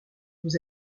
vous